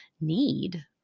need